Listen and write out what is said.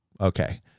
okay